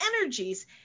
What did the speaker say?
energies